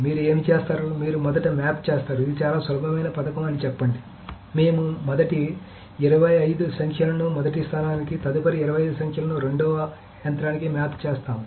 మీరు ఏమి చేస్తారు మీరు మొదట మ్యాప్ చేస్తారు ఇది చాలా సులభమైన పథకం అని చెప్పండి మేము మొదటి 25 సంఖ్యలను మొదటి స్థానానికి తదుపరి 25 సంఖ్యలను రెండవ యంత్రానికి మ్యాప్ చేస్తాము